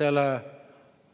selle